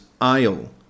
aisle